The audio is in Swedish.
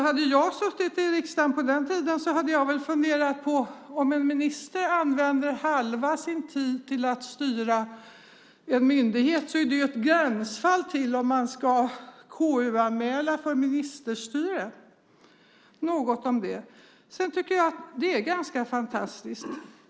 Hade jag suttit i riksdagen på den tiden så hade jag väl funderat på att om en minister använder halva sin tid till att styra en myndighet så är det ett gränsfall för om man ska KU-anmäla för ministerstyre. Nog talat om det. Jag tycker att det är ganska fantastiskt.